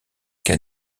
qu’a